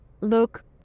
look